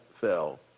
fell